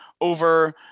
over